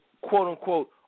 quote-unquote